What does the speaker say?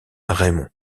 raimond